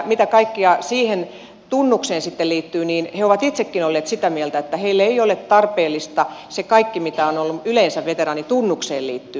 mitä kaikkea sitten siihen tunnukseen liittyy niin he ovat itsekin olleet sitä mieltä että heille ei ole tarpeellista se kaikki mitä yleensä veteraanitunnukseen liittyy